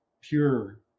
pure